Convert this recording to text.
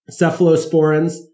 cephalosporins